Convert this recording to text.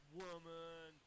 woman